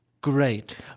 great